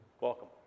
Welcome